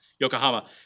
Yokohama